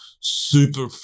super